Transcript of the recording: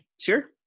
sure